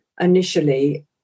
initially